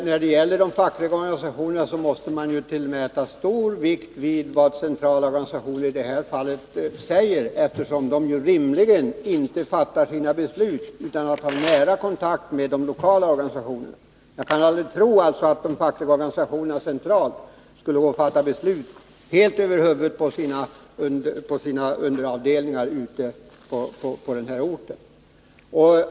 Herr talman! Vad fackliga organisationer i det här fallet säger centralt måste man ju tillmäta stor vikt, eftersom de inte rimligen fattar sina beslut utan att först ha haft nära kontakt med de lokala organisationerna. Jag kan alltså aldrig tro att de fackliga organisationerna centralt skulle fatta beslut helt över huvudet på sina underavdelningar ute på orten.